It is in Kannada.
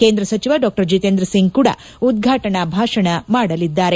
ಕೇಂದ್ರ ಸಚವ ಡಾ ಜಿತೇಂದ್ರ ಸಿಂಗ್ ಕೂಡಾ ಉದ್ವಾಟನಾ ಭಾಷಣ ಮಾಡಲಿದ್ದಾರೆ